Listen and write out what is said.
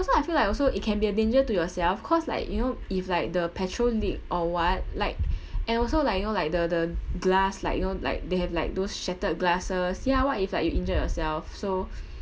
also I feel like also it can be a danger to yourself cause like you know if like the petrol leak or what like and also like you know like the the glass like you know like they have like those shattered glasses ya what if like you injured yourself so